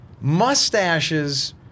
mustaches